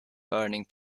burning